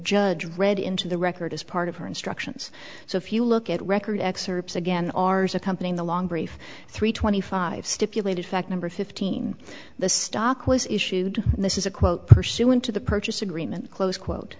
judge read into the record as part of her instructions so if you look at record excerpts again ours accompanying the long brief three twenty five stipulated fact number fifteen the stock was issued and this is a quote pursuant to the purchase agreement close quote